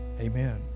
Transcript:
amen